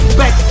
back